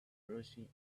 rushing